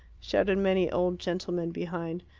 shouted many old gentlemen behind.